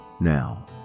Now